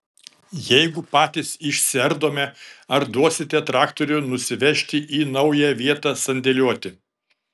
jeigu patys išsiardome ar duosite traktorių nusivežti į naują vietą sandėliuoti